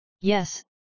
Yes